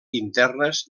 internes